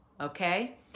Okay